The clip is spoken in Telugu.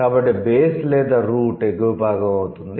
కాబట్టి బేస్ లేదా రూట్ ఎగువ భాగం అవుతుంది